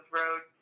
road